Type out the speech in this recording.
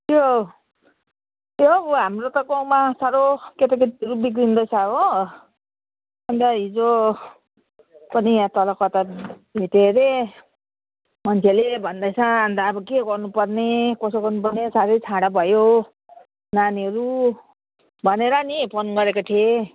उयो उयो ऊ हाम्रो त गाउँमा साह्रो केटाकेटीहरू बिग्रिँदैछ हो अन्त हिजो पनि यहाँ तल कता भेट्यो अरे मान्छेले भन्दैछ अन्त अब के गर्नुपर्ने कसो गर्नुपर्ने साह्रै छाडा भयो नानीहरू भनेर नि फोन गरेको थिएँ